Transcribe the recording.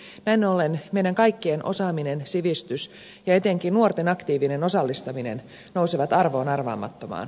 näin ollen meidän kaikkien osaaminen sivistys ja etenkin nuorten aktiivinen osallistaminen nousevat arvoon arvaamattomaan